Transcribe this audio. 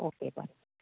okay बरें